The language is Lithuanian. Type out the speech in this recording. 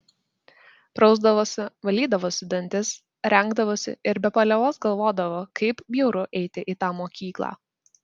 prausdavosi valydavosi dantis rengdavosi ir be paliovos galvodavo kaip bjauru eiti į tą mokyklą